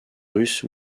russes